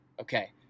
Okay